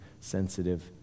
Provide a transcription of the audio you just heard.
sensitive